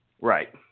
Right